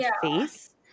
face